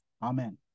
Amen